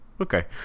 okay